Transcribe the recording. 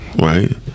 Right